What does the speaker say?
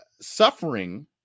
suffering